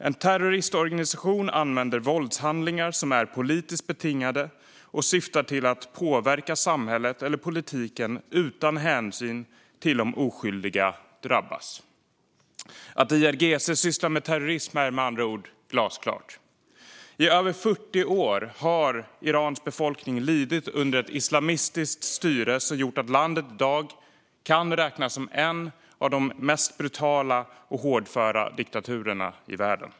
En terroristorganisation använder våldshandlingar som är politiskt betingade och syftar till att påverka samhället eller politiken utan hänsyn till om oskyldiga drabbas. Att IRGC sysslar med terrorism är med andra ord glasklart. I över 40 år har Irans befolkning lidit under ett islamistiskt styre som har gjort att landet i dag kan räknas som en av de mest brutala och hårdföra diktaturerna i världen.